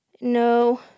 No